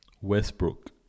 Westbrook